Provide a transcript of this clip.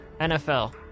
NFL